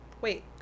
Wait